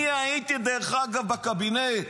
דרך אגב, אני הייתי אז בקבינט.